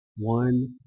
One